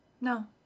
No